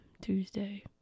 Tuesday